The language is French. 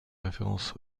référence